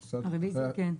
כן.